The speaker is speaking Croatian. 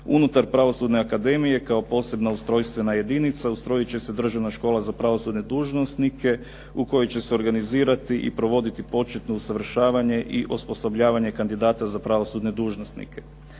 Unutar pravosudne akademije kao posebna ustrojstvena jedinca ustrojit će se državna škola za pravosudne dužnosnike u koju će se organizirati i provoditi početno usavršavanje i osposobljavanje kandidata za pravosudne dužnosnike.